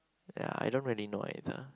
ya I don't really know either